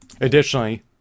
Additionally